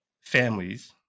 families